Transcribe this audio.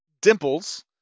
dimples